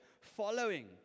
following